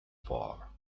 for